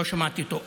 לא שמעתי אותו.